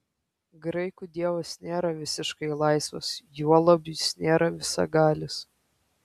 graikų dievas nėra visiškai laisvas juolab jis nėra visagalis